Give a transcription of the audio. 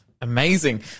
Amazing